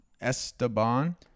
Esteban